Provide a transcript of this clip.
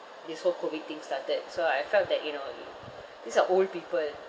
this whole COVID thing started so I felt that you know these are old people